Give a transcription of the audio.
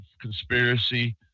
conspiracy